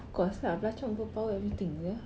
of course lah belacan overpower everything sia